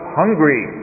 hungry